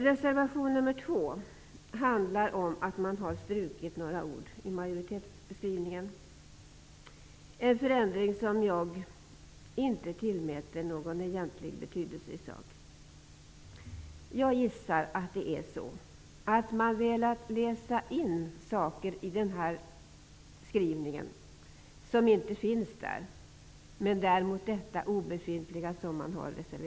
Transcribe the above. Reservation nr 2 handlar om att några ord har strukits i majoritetsskrivningen, en förändring som jag inte tillmäter någon egentlig betydelse i sak. Jag gissar att man velat läsa in saker i skrivningen som inte finns där. Det är mot detta obefintliga som man reserverar sig.